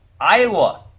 Iowa